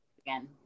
again